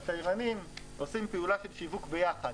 התיירנים עושים פעולה של שיווק יחד,